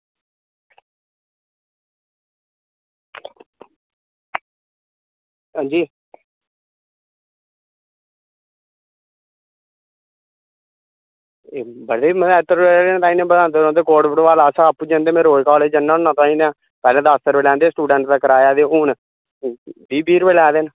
अंजी ते मेटाडोर आह्ले बधांदे रौहंदे अस कोट भलवाल दा में रोज़ कॉलेज़ जन्ना होना पैह्लें दस्स रपेऽ लैंदे हे सटूडैंट दा किराया ते हून बीह् बीह् रपेऽ लै दे